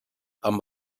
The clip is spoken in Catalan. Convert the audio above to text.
amb